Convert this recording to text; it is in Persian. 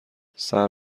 صبر